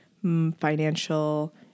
financial